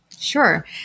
Sure